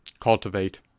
cultivate